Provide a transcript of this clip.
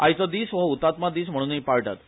आयचो दिस हो हुतात्मा दिस म्हणूनूय पाळटात